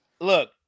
Look